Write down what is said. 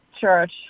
church